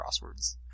crosswords